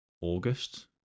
August